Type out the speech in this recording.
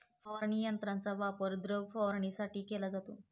फवारणी यंत्राचा वापर द्रव फवारणीसाठी केला जातो